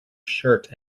shirt